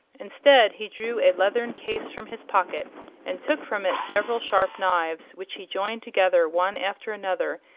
instead, he drew a leathern case from his pocket and took from it several sharp knives, which he joined together, one after another,